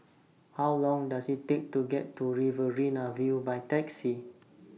How Long Does IT Take to get to Riverina View By Taxi